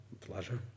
Pleasure